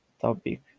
topic